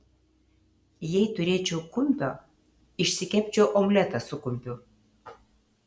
jei turėčiau kumpio išsikepčiau omletą su kumpiu